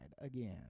again